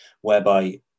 whereby